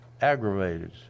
aggravated